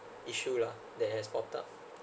issue lah they has popped up